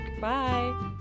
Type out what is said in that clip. bye